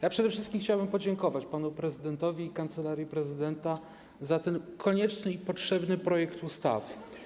Ja przede wszystkim chciałem podziękować panu prezydentowi i Kancelarii Prezydenta za ten konieczny i potrzebny projekt ustawy.